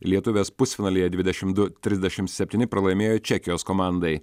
lietuvės pusfinalyje dvidešim du trisdešim septyni pralaimėjo čekijos komandai